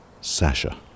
Sasha